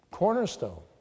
cornerstone